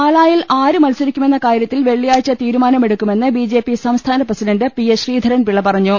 പാലായിൽ ആരു മത്സരിക്കുമെന്ന കാര്യത്തിൽ വെളളിയാഴ്ച തീരുമാനമെടുക്കുമെന്ന് ബിജെപി സംസ്ഥാനപ്രസിഡന്റ് പിഎസ് ശ്രീധരൻപിളള പറഞ്ഞു